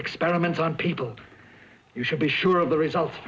experiments on people you should be sure of the results